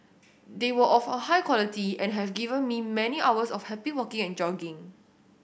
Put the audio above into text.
they were of a high quality and have given me many hours of happy walking and jogging